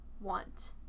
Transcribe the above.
want